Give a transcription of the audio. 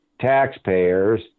taxpayers